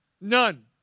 None